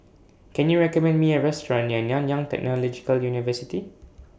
Can YOU recommend Me A Restaurant near Nanyang Technological University